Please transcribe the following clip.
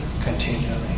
continually